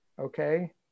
okay